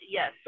Yes